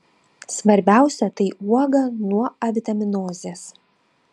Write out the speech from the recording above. svarbiausia tai uoga nuo avitaminozės